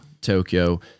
Tokyo